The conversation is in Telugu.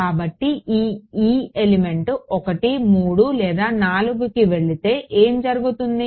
కాబట్టి ఈ e ఎలిమెంట్ 1 3 లేదా 4కి వెళితే ఏమి జరుగుతుంది